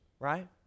right